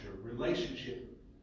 Relationship